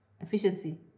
efficiency